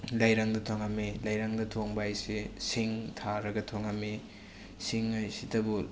ꯂꯩꯔꯪꯗ ꯊꯣꯡꯉꯝꯃꯤ ꯂꯩꯔꯪꯗ ꯊꯣꯡꯕ ꯍꯥꯏꯁꯦ ꯁꯤꯡ ꯊꯥꯔꯒ ꯊꯣꯡꯉꯝꯃꯤ ꯁꯤꯡ ꯍꯥꯏꯁꯤꯇꯕꯨ